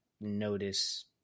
notice